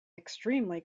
extremely